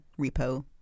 repo